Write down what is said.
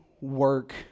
work